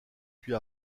puis